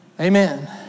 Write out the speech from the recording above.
Amen